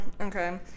Okay